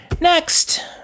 Next